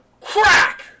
crack